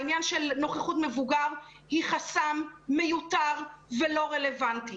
העניין של נוכחות מבוגר היא חסם מיותר ולא רלוונטי.